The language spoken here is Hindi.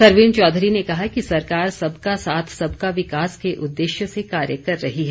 सरवीण चौधरी ने कहा कि सरकार सबका साथ सबका विकास के उदेश्य से कार्य कर रही है